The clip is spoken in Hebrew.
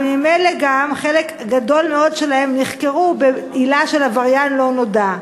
וממילא גם חלק גדול מאוד שלהם נחקרו בעילה של עבריין לא נודע.